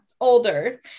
older